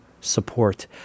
support